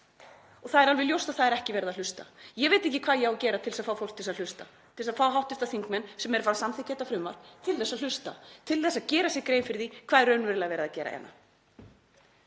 og það er alveg ljóst að það er ekki verið að hlusta. Ég veit ekki hvað ég á að gera til að fá fólk til þess að hlusta, til að fá hv. þingmenn, sem samþykkja þetta frumvarp, til þess að hlusta, til að gera sér grein fyrir því hvað er raunverulega verið að gera hérna.